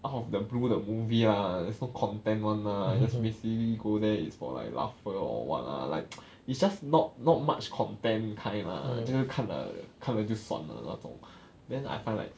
out of the blue 的 movie ah so not content [one] lah just basically go there is for like laughter or what lah like it's just not not much content kind lah 就是看了看了就算了那种 then I find like